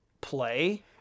play